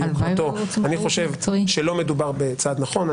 אני חושב שלא מדובר בצעד נכון.